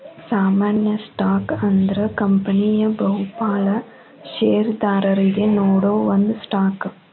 ಸಾಮಾನ್ಯ ಸ್ಟಾಕ್ ಅಂದ್ರ ಕಂಪನಿಯ ಬಹುಪಾಲ ಷೇರದಾರರಿಗಿ ನೇಡೋ ಒಂದ ಸ್ಟಾಕ್